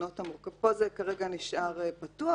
פה זה נשאר פתוח.